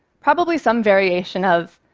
probably some variation of,